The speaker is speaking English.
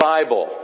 Bible